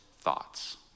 Thoughts